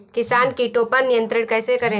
किसान कीटो पर नियंत्रण कैसे करें?